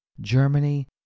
Germany